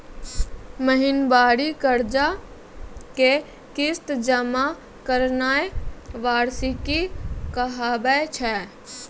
महिनबारी कर्जा के किस्त जमा करनाय वार्षिकी कहाबै छै